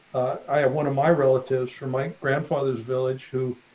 i have one of my relatives from my grandfather's village who